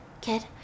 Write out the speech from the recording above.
kid